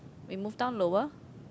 we move down lower